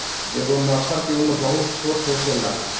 एगो मछर के उम्र बहुत छोट होखेला